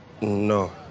no